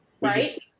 Right